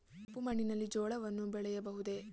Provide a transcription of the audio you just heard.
ಕಪ್ಪು ಮಣ್ಣಿನಲ್ಲಿ ಜೋಳವನ್ನು ಬೆಳೆಯಬಹುದೇ?